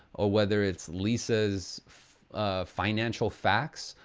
or whether it's liz's financial facts,